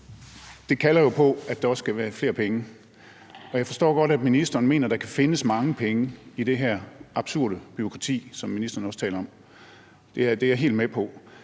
Det kalder på, at der også skal være flere penge. Jeg forstår godt, at ministeren mener, der kan findes mange penge i det her absurde bureaukrati, som ministeren også taler om. Det er jeg helt med på.